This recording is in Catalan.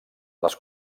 les